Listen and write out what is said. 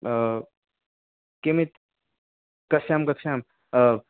किमित् कस्यां कक्ष्यां